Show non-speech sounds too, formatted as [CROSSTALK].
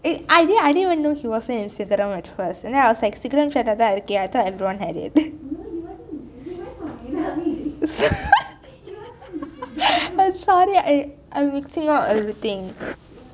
I didnt I didn't even know he wasn't in sigaram at first and then I was like sigaram chat லே தான் இருக்கியா:lei thaan irukkiya I thought everyone had it [LAUGHS] [LAUGHS] sorry I am mixing up everything